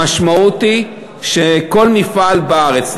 המשמעות היא שכל מפעל בארץ,